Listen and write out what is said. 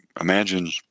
imagine